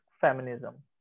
feminism